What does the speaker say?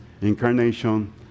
incarnation